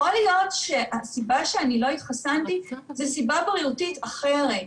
יכול להיות שהסיבה שלא התחסנתי זו סיבה בריאותית אחרת,